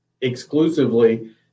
exclusively